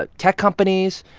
ah tech companies,